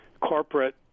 corporate